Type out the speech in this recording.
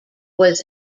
was